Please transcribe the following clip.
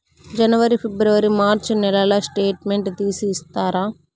జనవరి, ఫిబ్రవరి, మార్చ్ నెలల స్టేట్మెంట్ తీసి ఇస్తారా?